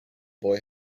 boy